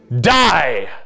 Die